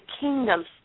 kingdoms